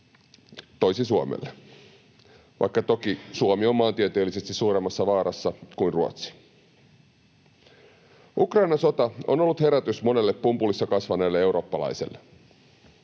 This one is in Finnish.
toisi Suomelle turvaa, vaikka toki Suomi on maantieteellisesti suuremmassa vaarassa kuin Ruotsi. Ukrainan sota on ollut herätys monelle pumpulissa kasvaneelle eurooppalaiselle.